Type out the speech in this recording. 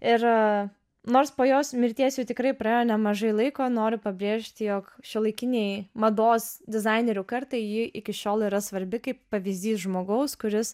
ir nors po jos mirties jau tikrai praėjo nemažai laiko noriu pabrėžti jog šiuolaikiniai mados dizainerių kartai ji iki šiol yra svarbi kaip pavyzdys žmogaus kuris